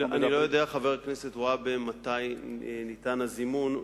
אני לא יודע, חבר הכנסת והבה, מתי ניתן הזימון.